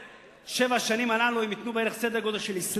בשבע השנים הללו הם ייתנו בערך 20 מיליארד.